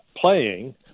playing